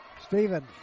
Stephen